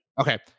Okay